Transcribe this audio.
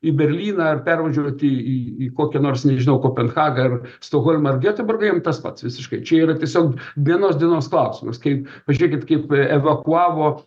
į berlyną ar pervažiuoti į į kokią nors nežinau kopenhagą ar stokholmą ar gioteborgą jiems tas pats visiškai čia yra tiesiog vienos dienos klausimas kaip pažiūrėkit kaip evakuavo